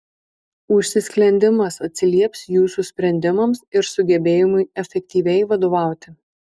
užsisklendimas atsilieps jūsų sprendimams ir sugebėjimui efektyviai vadovauti